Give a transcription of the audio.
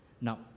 Now